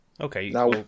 Okay